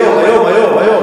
לא, היום, היום.